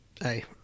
Hey